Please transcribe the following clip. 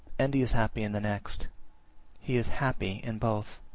and he is happy in the next he is happy in both.